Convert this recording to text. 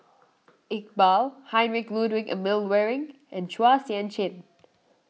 Iqbal Heinrich Ludwig Emil Luering and Chua Sian Chin